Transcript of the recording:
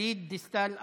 גלית דיסטל אטבריאן,